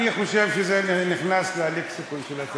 דג סלמון, בשעה כזאת,